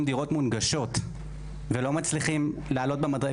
דירות מונגשות ולא מצליחים לעלות במדרגות,